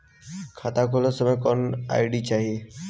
खाता खोलत समय कौन आई.डी चाही?